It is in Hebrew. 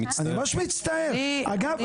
אגב,